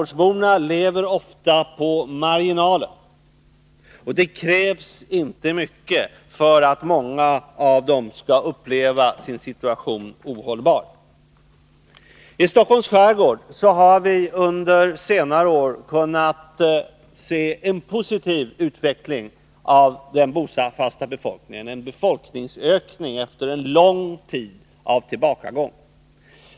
De lever ofta på marginalen, och det krävs inte mycket för att många av dem skall uppleva sin situation som ohållbar. I Stockholms skärgård har vi under senare år kunnat se en positiv utveckling av den bofasta befolkningen, en befolkningsökning efter en lång tid av tillbakagång.